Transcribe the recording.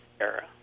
era